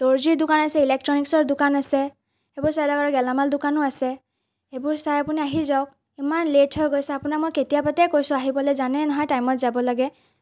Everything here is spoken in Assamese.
দৰ্জিৰ দোকান আছে ইলেক্ট্ৰনিকছৰ দোকান আছে সেইবোৰ ছাইদতে গেলামালৰ দোকানো আছে সেইবোৰ চাই অপুনি আহি যাওক ইমান লেট হৈ গৈছে আপোনাক মই কেতিয়াবাতে কৈছোঁ আহিবলৈ জানেই নহয় টাইমত যাব লাগে